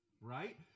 right